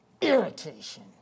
irritation